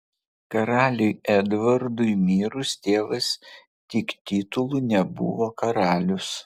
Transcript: karaliui edvardui mirus tėvas tik titulu nebuvo karalius